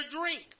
drink